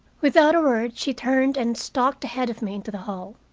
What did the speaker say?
without a word she turned and stalked ahead of me into the hall.